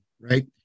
right